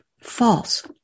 false